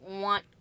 want